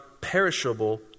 perishable